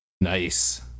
Nice